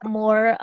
more